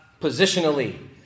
positionally